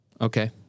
Okay